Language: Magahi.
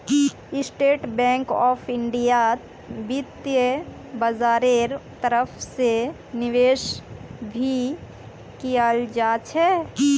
स्टेट बैंक आफ इन्डियात वित्तीय बाजारेर तरफ से निवेश भी कियाल जा छे